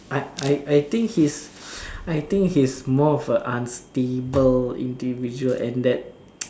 I I I think he's I think he is more of a unstable individual and that